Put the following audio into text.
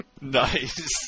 Nice